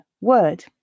word